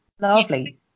Lovely